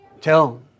tell